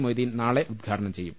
മൊയ്തീൻ നാളെ ഉദ്ഘാടനം ചെയ്യും